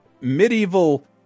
medieval